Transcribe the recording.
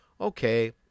okay